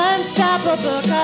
Unstoppable